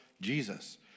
Jesus